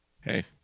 Hey